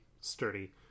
sturdy